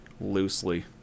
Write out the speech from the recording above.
Loosely